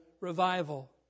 revival